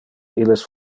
illes